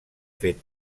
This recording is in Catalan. fet